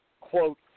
quote